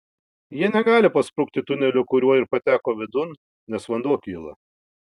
jie negali pasprukti tuneliu kuriuo ir pateko vidun nes vanduo kyla